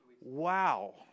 Wow